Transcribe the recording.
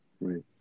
Right